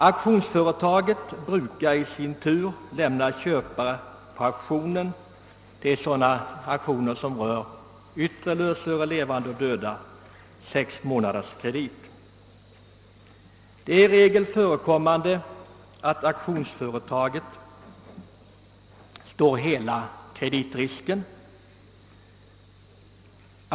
Auktionsföretagen brukar i sin tur lämna köparna på auktionen — det gäller auktioner som avser yttre lösöre samt levande och döda inventarier — sex månaders kredit. Det är i regel auktionsföretagen som står hela kreditrisken.